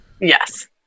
Yes